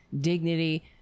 dignity